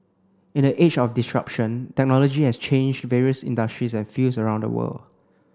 in the age of disruption technology has changed various industries and fields around the world